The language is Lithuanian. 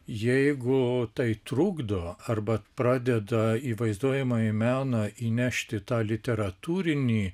jeigu tai trukdo arba pradeda į vaizduojamąjį meną įnešti tą literatūrinį